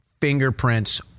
fingerprints